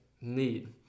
need